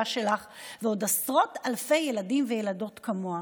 שלך ועוד עשרות אלפי ילדים וילדות כמוה.